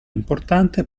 importante